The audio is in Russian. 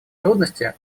трудности